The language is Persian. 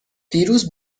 دیروز